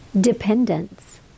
dependence